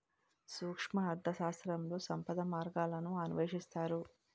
సూక్ష్మ అర్థశాస్త్రంలో సంపద మార్గాలను అన్వేషిస్తారు